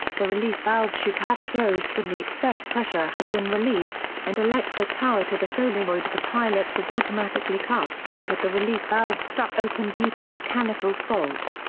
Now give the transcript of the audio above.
the relief valve should have closed when the excess pressure had been released, and electric power to the solenoid of the pilot was automatically cut, but the relief valve stuck open due to a mechanical fault.